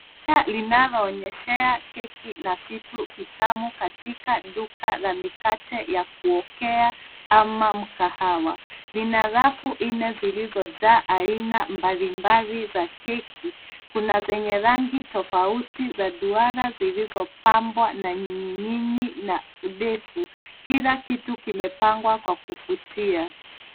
Dirisha linaloonyeshea keki na vitu vitamu katika duka la mikate ya kuokea ama mkahawa. Lina rafu nne zilizojaa aina mbalimbali za keki. Kuna zenye rangi tofauti za duara zilizopambwa na niginigi na ndefu. Kila kitu kimepangwa kwa kuvutia.